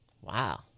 Wow